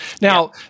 Now